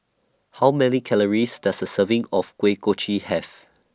How Many Calories Does A Serving of Kuih Kochi Have